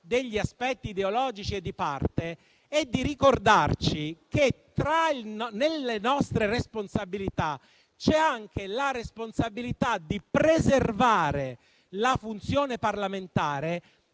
degli aspetti ideologici e di parte e di ricordarci che tra le nostre responsabilità c'è anche quella di preservare la funzione parlamentare